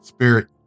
Spirit